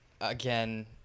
again